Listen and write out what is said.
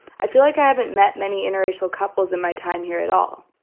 i feel like i haven't met many interracial couples in my time here at all.